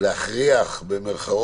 ולהרגיש בלי.